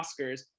Oscars